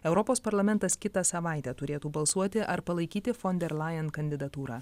europos parlamentas kitą savaitę turėtų balsuoti ar palaikyti fon der lajen kandidatūrą